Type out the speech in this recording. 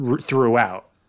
throughout